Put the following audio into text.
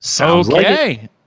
Okay